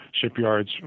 shipyards